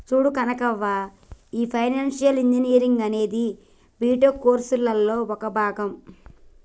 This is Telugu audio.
చూడు కనకవ్వ, ఈ ఫైనాన్షియల్ ఇంజనీరింగ్ అనేది బీటెక్ కోర్సులలో ఒక భాగం